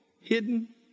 hidden